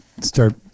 start